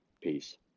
Peace